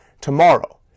tomorrow